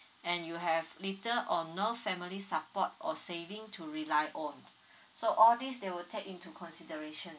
and you have little or no family support or saving to rely on so all this they will take into consideration